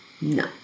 no